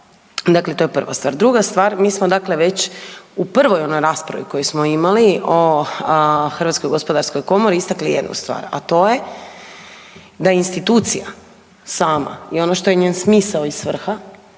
Dakle, to je prva stvar. Druga stvar, mi smo već u prvoj onoj raspravi koju smo imali o HGK-u istakli jednu stvar, a to je da institucija sama i ono što je njen smisao i svrha